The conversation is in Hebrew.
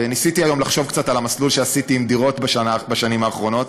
וניסיתי היום לחשוב קצת על המסלול שעשיתי עם דירות בשנים האחרונות.